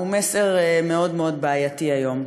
הוא מסר מאוד מאוד בעייתי היום.